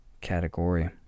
category